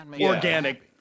organic